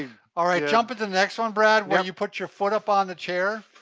all right, jump at the next one, brad, where you put your foot up on the chair.